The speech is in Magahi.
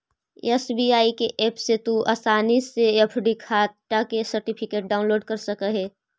एस.बी.आई के ऐप से भी तू आसानी से एफ.डी खाटा के सर्टिफिकेट डाउनलोड कर सकऽ हे